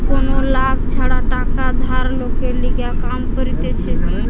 কোনো লাভ ছাড়া টাকা ধার লোকের লিগে কাম করতিছে